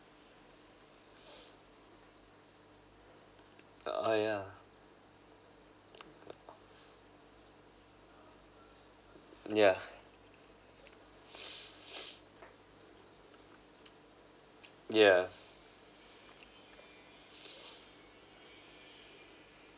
ah yeah yeah yeah